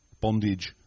Bondage